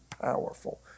powerful